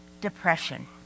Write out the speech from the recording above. depression